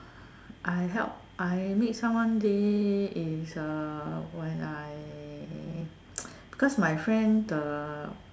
I help I make someone day is uh when I because my friend the